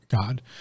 God